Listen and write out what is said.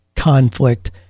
Conflict